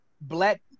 black